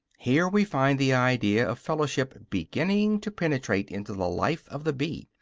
here we find the idea of fellowship beginning to penetrate into the life of the bee,